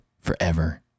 forever